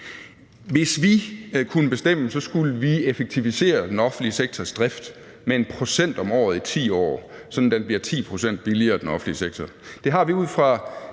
Hvis vi kunne bestemme, skulle vi effektivisere den offentlige sektors drift med 1 pct. om året i 10 år, sådan at den offentlige sektor bliver 10 pct. billigere. Det har vi fra